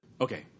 okay